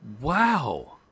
Wow